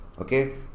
Okay